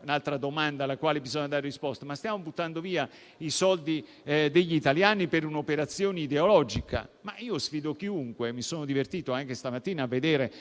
un'altra domanda alla quale bisogna dare risposta - stiamo buttando via i soldi degli italiani per un'operazione ideologica? Mi sono divertito anche stamattina a vedere